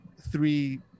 three